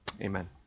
amen